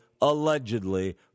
allegedly